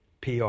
PR